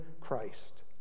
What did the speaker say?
Christ